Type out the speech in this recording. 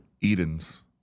Edens